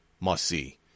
must-see